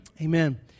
amen